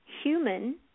Human